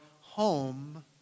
home